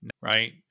Right